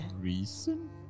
Reason